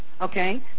Okay